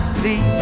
see